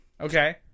Okay